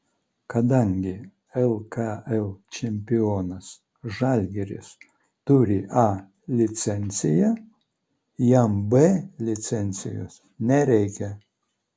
kadangi lkl čempionas žalgiris turi a licenciją jam b licencijos nereikia